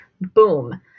boom